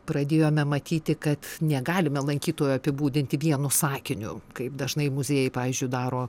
pradėjome matyti kad negalime lankytojų apibūdinti vienu sakiniu kaip dažnai muziejai pavyzdžiui daro